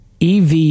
EV